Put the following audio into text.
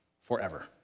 forever